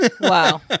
Wow